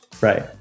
right